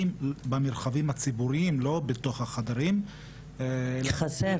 אני חושבת שההחלטה לא לקחה בחשבון שמסגרות חוץ